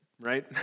right